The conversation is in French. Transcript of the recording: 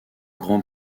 grand